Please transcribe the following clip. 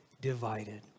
divided